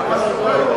למה אסור להם?